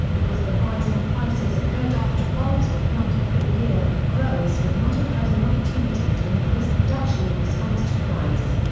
because the rise in prices occurred after bulbs were planted for the year, growers would not have had an opportunity to increase production in response to price.